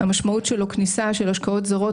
המשמעות שלו היא כניסה של השקעות זרות